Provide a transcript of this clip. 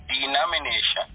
denomination